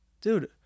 Dude